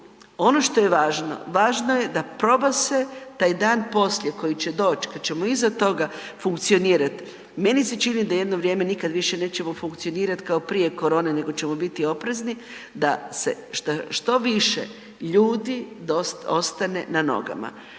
ono što je važno, važno je da proba se taj dan poslije koji će doć kada ćemo iza toga funkcionirati, meni se čini da jedno vrijeme nikada više nećemo funkcionirati kao prije korone nego ćemo biti oprezni da se što više ljudi ostane na nogama.